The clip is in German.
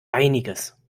einiges